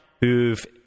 who've